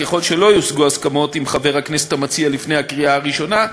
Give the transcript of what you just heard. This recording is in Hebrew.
ככל שלא יושגו הסכמות עם חבר הכנסת המציע לפני הקריאה הראשונה,